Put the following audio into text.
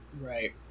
Right